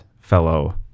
fellow